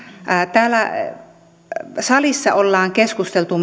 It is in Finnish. täällä salissa ollaan keskusteltu